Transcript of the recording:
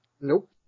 Nope